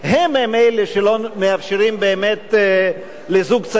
הם-הם אלה שלא מאפשרים באמת לזוג צעיר,